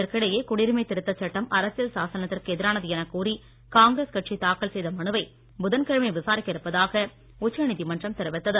இதற்கிடையே குடியுரிமை திருத்தச் சட்டம் அரசியல் சாசனத்திற்கு எதிரானது எனக் கூறி காங்கிரஸ் கட்சி தாக்கல் செய்த மனுவை புதன் கிழமை விசாரிக்க இருப்பதாக உச்சநீதிமன்றம் தெரிவித்தது